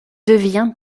devient